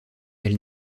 elle